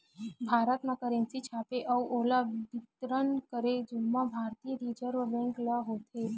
भारत म करेंसी छापे अउ ओला बितरन करे के जुम्मा भारतीय रिजर्व बेंक ल होथे